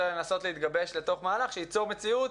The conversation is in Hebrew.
אלא לנסות להתגבש לתוך מהלך שייצור מציאות